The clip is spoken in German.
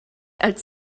als